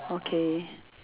okay